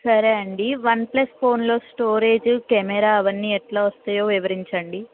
సరే అండీ OnePlus ఫోన్లో స్టోరేజ్ కెమెరా అవన్నీ ఎట్లా వస్తాయో వివరించండి